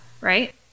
right